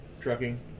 trucking